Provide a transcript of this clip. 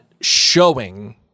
showing